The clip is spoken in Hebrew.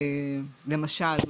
למשל,